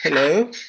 Hello